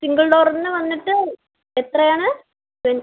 single ഡോറിന് വന്നിട്ട് എത്രയാണ് പ്രൈസ്